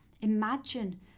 Imagine